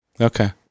Okay